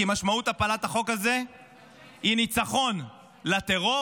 כי משמעות הפלת החוק הזה היא ניצחון לטרור,